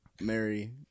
Mary